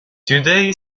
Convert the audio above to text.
today